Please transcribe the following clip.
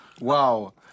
Wow